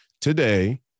today